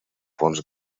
fons